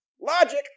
Logic